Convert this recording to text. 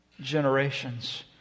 generations